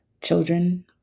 children